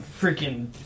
freaking